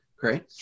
Great